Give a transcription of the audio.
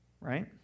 Right